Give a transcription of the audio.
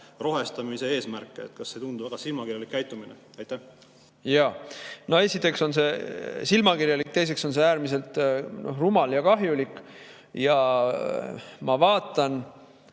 rohestamise eesmärke? Kas see ei tundu väga silmakirjaliku käitumisena? Esiteks on see silmakirjalik, teiseks on see äärmiselt rumal ja kahjulik. Ma vaatan